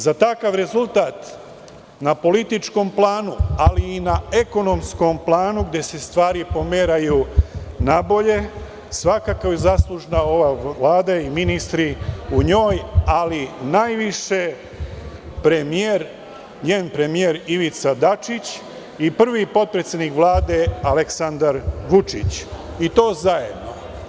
Za takav rezultat na političkom planu, ali i na ekonomskom planu, gde se stvari pomeraju na bolje, svakako je zaslužna ova Vlada i ministri u njoj, ali najviše premijer Ivica Dačić i prvi potpredsednik Vlade Aleksandar Vučić, i to zajedno.